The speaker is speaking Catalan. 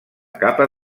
capa